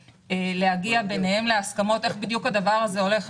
להגיע ביניהם להסכמות איך בדיוק הדבר הזה הולך.